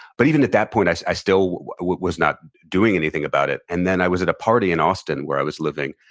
but even at that point i so i still was not doing anything about it. and then i was at a party in austin, where i was living,